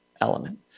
element